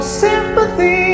sympathy